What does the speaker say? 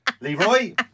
Leroy